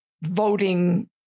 voting